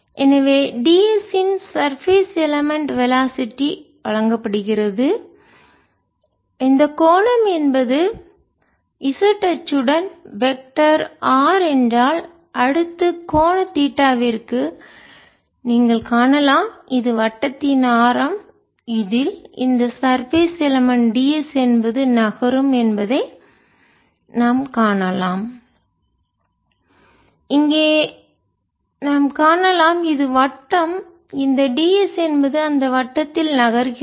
எனவே d s இன் surface மேற்பரப்பு எலமென்ட் வெலாசிட்டி வழங்கப்படுகிறது எனவே இந்த கோணம் என்பது z அச்சுடன் வெக்டர் r என்றால் அடுத்து கோண தீட்டாவிற்கு நீங்கள் காணலாம் இது வட்டத்தின் ஆரம் இதில் இந்த சர்பேஸ் மேற்பரப்பு எலமென்ட் ds என்பது நகரும் என்பதை நாம் காணலாம் இங்கே நாம் காணலாம் இது வட்டம்இந்த ds என்பது அந்த வட்டத்தில் நகர்கிறது